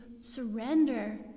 surrender